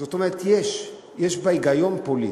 זאת אומרת, יש, יש בה היגיון פוליטי,